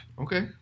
okay